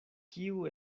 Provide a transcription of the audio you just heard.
kiu